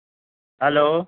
hello